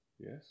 Yes